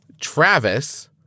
Travis